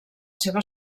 seva